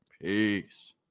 Peace